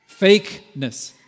fakeness